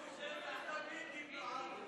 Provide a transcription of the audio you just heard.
בעד, 51,